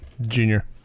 Junior